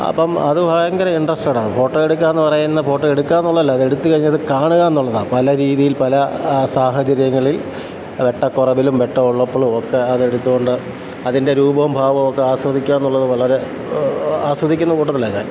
അപ്പം അതു ഭയങ്കര ഇൻട്രസ്റ്റഡാണ് ഫോട്ടോ എടുക്കുകയെന്ന് പറയുന്നത് ഫോട്ടോ എടുക്കുകയെന്നുള്ളതല്ല അതെടുത്തുകഴിഞ്ഞാൽ അത് കാണുക എന്നുള്ളതാ പല രീതിയിൽ പല സാഹചര്യങ്ങളിൽ വെട്ടക്കുറവിലും വെട്ടം ഉള്ളപ്പോളും ഒക്കെ അത് എടുത്തുകൊണ്ട് അതിൻ്റെ രൂപവും ഭാവവും ഒക്കെ ആസ്വദിക്കുകയെന്നുള്ളത് വളരെ ആസ്വദിക്കുന്ന കൂട്ടത്തിലാ ഞാൻ